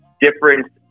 different